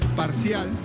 parcial